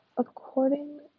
According